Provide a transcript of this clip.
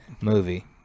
movie